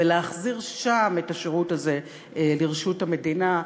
ולהחזיר שם את השירות הזה לרשות המדינה.